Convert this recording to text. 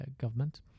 government